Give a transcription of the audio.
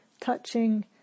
touching